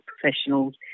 professionals